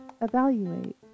evaluate